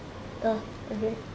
oh okay